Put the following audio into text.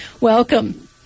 Welcome